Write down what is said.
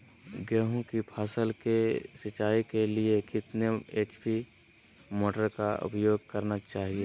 गेंहू की फसल के सिंचाई के लिए कितने एच.पी मोटर का उपयोग करना चाहिए?